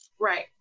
Right